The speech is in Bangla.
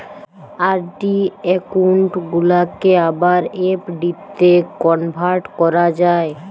আর.ডি একউন্ট গুলাকে আবার এফ.ডিতে কনভার্ট করা যায়